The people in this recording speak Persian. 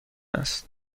است